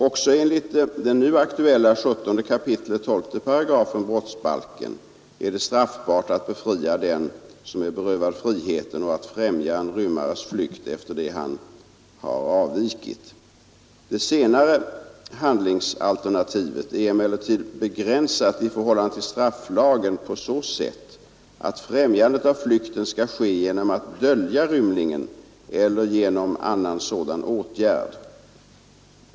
Också enligt den nu aktuella 17 kap. 128 brottsbalken är det straffbart att befria den som är berövad friheten och att främja en rymmares flykt efter det han har avvikit. Det senare handlingsalternativet är emellertid begränsat i förhållande till strafflagen på så sätt att främjandet av flykten skall ske genom att dölja rymlingen eller genom annan sådan åtgärd.